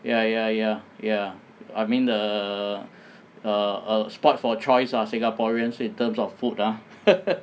ya ya ya ya I mean the err spoiled for choice ah singaporeans in terms of food ah